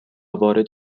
وارد